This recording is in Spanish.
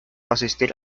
asistir